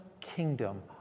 kingdom